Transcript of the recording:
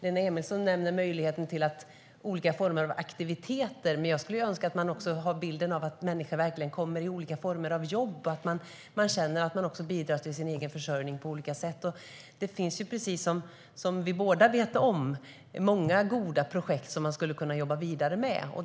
Lena Emilsson nämner möjlighet till olika former av aktiviteter. Jag skulle önska att man också har bilden av att människor kommer i olika former av jobb, så att man känner att man bidrar till sin egen försörjning på olika sätt. Precis som vi båda känner till finns det många goda projekt som man skulle kunna jobba vidare med.